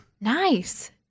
Nice